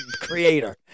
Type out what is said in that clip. creator